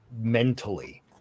mentally